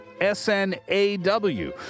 S-N-A-W